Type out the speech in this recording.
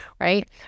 right